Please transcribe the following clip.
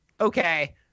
okay